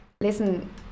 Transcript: listen